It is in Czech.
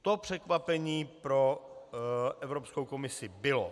To překvapení pro Evropskou komisi bylo.